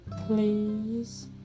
please